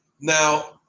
Now